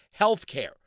healthcare